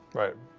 right.